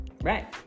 Right